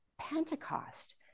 Pentecost